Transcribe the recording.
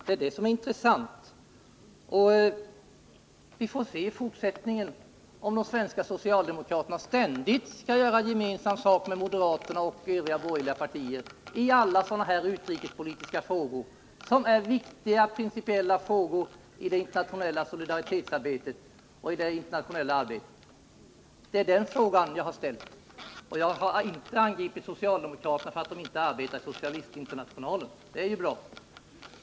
Det är det som är intressant att få veta. Vi får se i fortsättningen, om de svenska socialdemokraterna ständigt skall göra gemensam sak med moderaterna och övriga borgerliga partier i alla sådana utrikespolitiska frågor, som är viktiga principiella frågor i det internationella solidaritetsarbetet och i det internationella arbetet. Det är den frågan jag har ställt. Jag har inte angripit socialdemokraterna för att de arbetat i socialistinternationalen — det är ju bra.